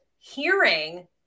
hearing